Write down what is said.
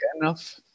enough